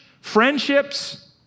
friendships